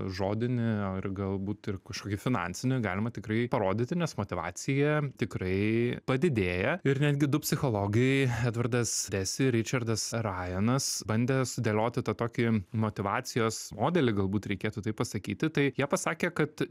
žodinį ir galbūt ir kažkokį finansinį galima tikrai parodyti nes motyvacija tikrai padidėja ir netgi du psichologai edvardas desi ričardas rajanas bandė sudėlioti tą tokį motyvacijos modelį galbūt reikėtų taip pasakyti tai jie pasakė kad